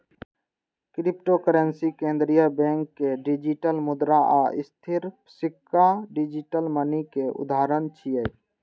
cryptocurrency, केंद्रीय bank के digital मुद्रा आ स्थिर सिक्का डिजिटल मनी के उदाहरण छियै